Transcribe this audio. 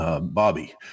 Bobby